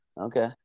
Okay